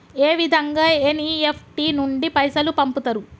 ఏ విధంగా ఎన్.ఇ.ఎఫ్.టి నుండి పైసలు పంపుతరు?